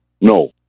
No